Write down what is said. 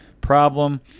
problem